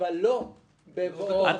אבל לא בבואו לקבוע את מסלול הנסיעה.